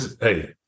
hey